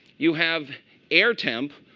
you have air temp,